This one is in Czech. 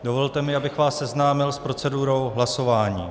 Dovolte mi, abych vás seznámil s procedurou hlasování.